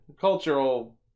Cultural